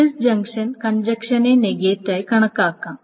disjunction കഞ്ചക്ഷന്റെ നെഗേറ്റായി കണക്കാക്കാം